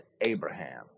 Abraham